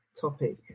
topic